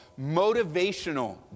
motivational